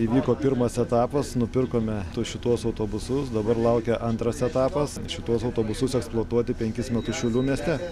įvyko pirmas etapas nupirkome du šituos autobusus dabar laukia antras etapas šituos autobusus eksploatuoti penkis metus šiaulių mieste